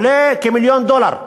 הכשרתו עולה כמיליון דולר.